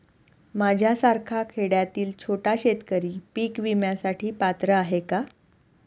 माझ्यासारखा खेड्यातील छोटा शेतकरी पीक विम्यासाठी पात्र आहे का?